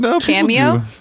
cameo